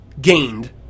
gained